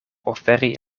oferi